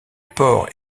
port